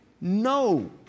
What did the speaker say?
no